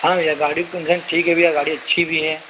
हाँ भैया गाड़ी की कंडीशन ठीक है भैया गाड़ी अच्छी भी है